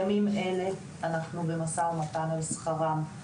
אנחנו נמצאים בימים אלה, במשא ומתן בנוגע לשכרן.